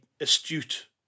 astute